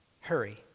hurry